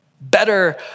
Better